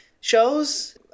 shows